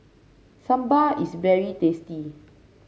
sambar is very tasty